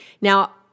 Now